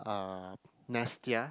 um Nestia